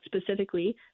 specifically